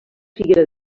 figuera